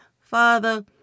Father